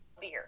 beer